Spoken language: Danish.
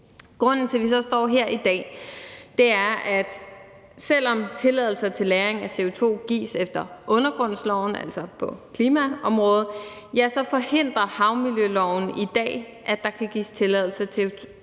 Grunden til, at vi så står her i dag, er, at selv om tilladelser til lagring af CO2 gives efter undergrundsloven, altså på klimaområdet, forhindrer havmiljøloven i dag, at der kan gives tilladelse til